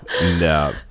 No